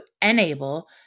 enable